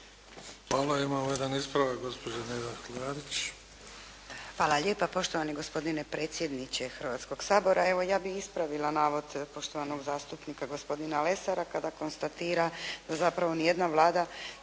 Klarić. **Klarić, Nedjeljka (HDZ)** Hvala lijepa. Poštovani gospodine predsjedniče Hrvatskog sabora, evo ja bih ispravila navod poštovanog zastupnika gospodina Lesara kada konstatira da zapravo ni jedna vlada